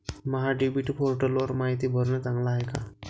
महा DBT पोर्टलवर मायती भरनं चांगलं हाये का?